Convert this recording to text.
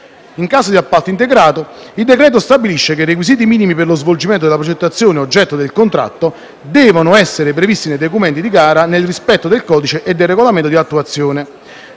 In caso di appalto integrato, il decreto prevede che i requisiti minimi per lo svolgimento della progettazione oggetto del contratto devono essere previsti nei documenti di gara nel rispetto del codice e del regolamento di attuazione.